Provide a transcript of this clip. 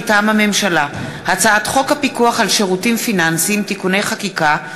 מטעם הממשלה: הצעת חוק הפיקוח על שירותים פיננסיים (תיקוני חקיקה),